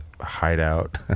hideout